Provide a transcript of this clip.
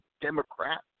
Democrats